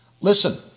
Listen